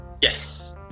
yes